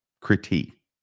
critique